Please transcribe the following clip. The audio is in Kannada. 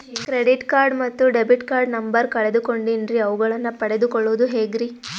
ಕ್ರೆಡಿಟ್ ಕಾರ್ಡ್ ಮತ್ತು ಡೆಬಿಟ್ ಕಾರ್ಡ್ ನಂಬರ್ ಕಳೆದುಕೊಂಡಿನ್ರಿ ಅವುಗಳನ್ನ ಪಡೆದು ಕೊಳ್ಳೋದು ಹೇಗ್ರಿ?